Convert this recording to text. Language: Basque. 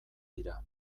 dira